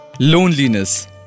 loneliness